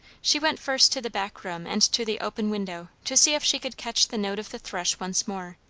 she went first to the back room and to the open window, to see if she could catch the note of the thrush once more.